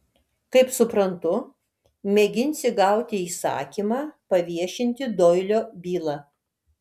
kaip suprantu mėginsi gauti įsakymą paviešinti doilio bylą